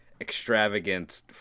extravagant